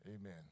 amen